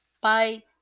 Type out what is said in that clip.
Bye